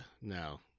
no